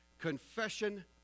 Confession